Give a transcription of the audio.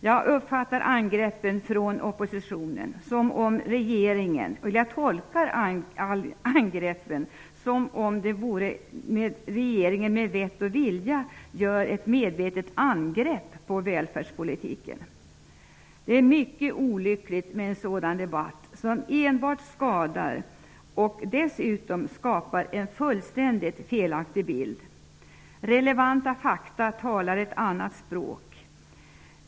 Jag tolkar angreppen från oppositionen så att man menar att regeringen gör ett medvetet angrepp på välfärdspolitiken. Det är mycket olyckligt med en sådan debatt, som enbart skadar. Den skapar dessutom en fullständigt felaktig bild. Relevanta fakta talar ett annat språk.